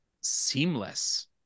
seamless